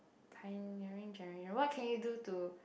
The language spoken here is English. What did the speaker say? pioneering generate what can you do to